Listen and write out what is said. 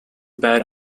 bad